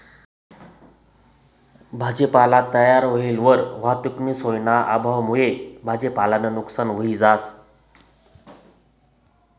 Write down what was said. भाजीपाला तयार व्हयेलवर वाहतुकनी सोयना अभावमुये भाजीपालानं नुकसान व्हयी जास